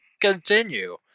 continue